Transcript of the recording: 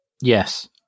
yes